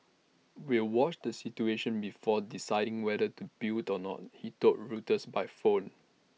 we'll watch the situation before deciding whether to build or not he told Reuters by phone